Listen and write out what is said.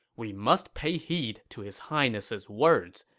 we must pay heed to his highness's words,